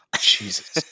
Jesus